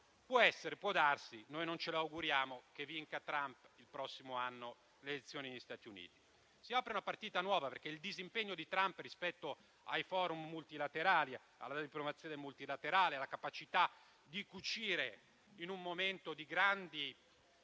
Può essere, può darsi - noi non ce lo auguriamo - che il prossimo anno vinca Trump le elezioni negli Stati Uniti. Si apre una partita nuova perché con il disimpegno di Trump rispetto ai *forum* multilaterali, alla diplomazia multilaterale, alla capacità di cucire in un momento di grandi